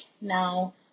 now